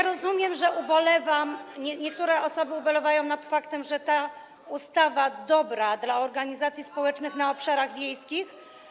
Rozumiem, że niektóre osoby ubolewają nad faktem, że nad tą ustawą, dobrą dla organizacji społecznych na obszarach wiejskich.